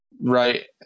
right